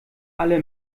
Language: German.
alle